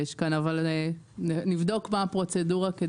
אבל נבדוק מה הפרוצדורה.